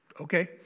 okay